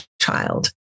child